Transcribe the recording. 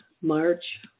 March